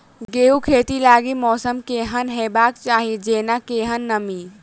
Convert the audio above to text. गेंहूँ खेती लागि मौसम केहन हेबाक चाहि जेना केहन नमी?